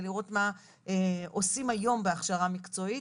לראות מה עושים היום בהכשרה מקצועית,